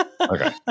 Okay